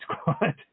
squad